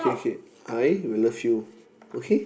okay okay I will love you okay